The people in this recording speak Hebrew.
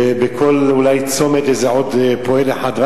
ובכל צומת איזה עוד פועל אחד,